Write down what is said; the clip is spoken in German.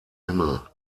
himmel